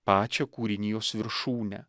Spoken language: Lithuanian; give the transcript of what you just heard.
pačią kūrinijos viršūnę